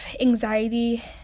anxiety